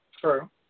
True